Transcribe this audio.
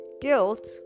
guilt